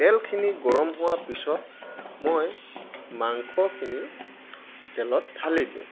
তেলখিনি গৰম হোৱাৰ পিছত মই মাংসখিনি তেলত ঢালি দিওঁ